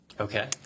Okay